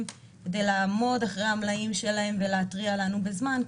כדי לעמוד אחרי המלאים שלהם ולהתריע לנו בזמן,